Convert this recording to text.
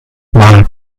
mal